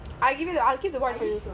I ordered the twenty one what